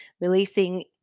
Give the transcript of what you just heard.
releasing